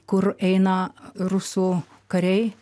kur eina rusų kariai